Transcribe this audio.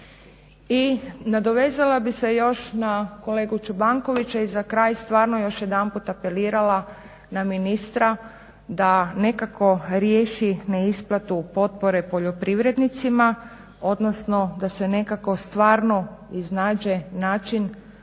I nadovezala bi se još na kolegu Čobankovića i za kraj stvarno još jedanput apelirala na ministra da nekako riješi neisplatu potpore poljoprivrednicima, odnosno da se nekako stvarno iznađe način